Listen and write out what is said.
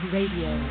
Radio